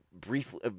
briefly